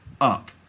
up